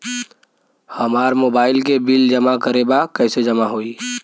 हमार मोबाइल के बिल जमा करे बा कैसे जमा होई?